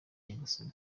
nyagasani